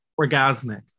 orgasmic